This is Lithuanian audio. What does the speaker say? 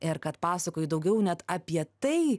ir kad pasakoju daugiau net apie tai